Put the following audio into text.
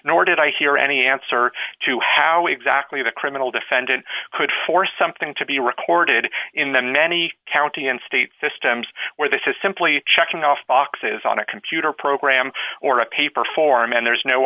nor did i hear any answer to how exactly the criminal defendant could force something to be recorded in the many county and state systems where this is simply checking off boxes on a computer program or a paper form and there's no